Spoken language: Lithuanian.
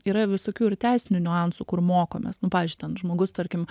yra visokių ir teisinių niuansų kur mokomės nu pavyzdžiui ten žmogus tarkim